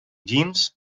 jeans